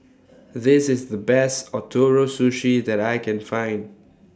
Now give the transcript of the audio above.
This IS The Best Ootoro Sushi that I Can Find